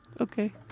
Okay